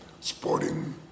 Sporting